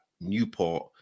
Newport